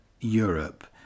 Europe